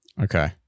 Okay